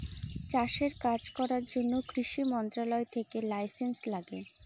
চাষের কাজ করার জন্য কৃষি মন্ত্রণালয় থেকে লাইসেন্স লাগে